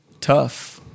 tough